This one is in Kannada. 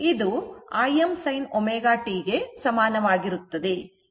ಇದು Im sin ω t ಗೆ ಸಮಾನವಾಗಿರುತ್ತದೆ